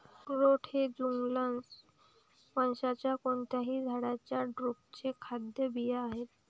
अक्रोड हे जुगलन्स वंशाच्या कोणत्याही झाडाच्या ड्रुपचे खाद्य बिया आहेत